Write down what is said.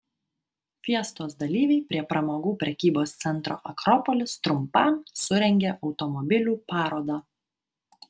fiestos dalyviai prie pramogų prekybos centro akropolis trumpam surengė automobilių parodą